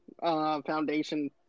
Foundation